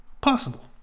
possible